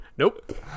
Nope